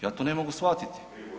Ja to ne mogu shvatiti.